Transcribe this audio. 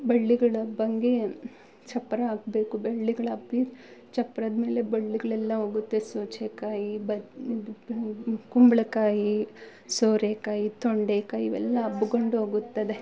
ಬಳ್ಳಿಗಳು ಹಬ್ಬಂಗೆ ಚಪ್ಪರ ಹಾಕ್ಬೇಕು ಬಳ್ಳಿಗಳಬ್ಬಿ ಚಪ್ರದಮೇಲೆ ಬಳ್ಳಿಗಳೆಲ್ಲ ಹೋಗುತ್ತೆ ಸೊಚೆಕಾಯಿ ಬದ್ ಇದು ಕುಂಬ್ ಕುಂಬಳಕಾಯಿ ಸೋರೆಕಾಯಿ ತೊಂಡೆಕಾಯಿ ಇವೆಲ್ಲ ಹಬ್ಕೊಂಡು ಹೋಗುತ್ತದೆ